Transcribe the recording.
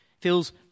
feels